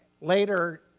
Later